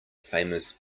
famous